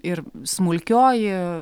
ir smulkioji